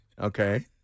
Okay